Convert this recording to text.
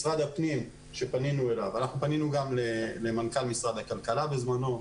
משרד הפנים שפנינו אליו אנחנו פנינו גם למנכ"ל משרד הכלכלה בזמנו,